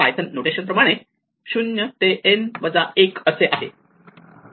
Python notation प्रमाणे 0 ते n वजा 1 असे आहे